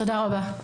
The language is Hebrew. תודה רבה.